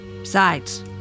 Besides